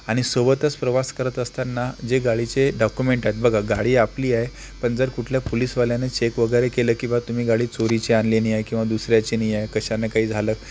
आणि सोबतच प्रवास करत असताना जे गाडीचे डाक्युमेंट आहेत बघा गाडी आपली आहे पण जर कुठल्या पोलीसवाल्याने चेक वगैरे केलं की बा तुम्ही गाडी चोरीची आणली नाही आहे किंवा दुसऱ्याचे नाही आहे कशानं काही झालं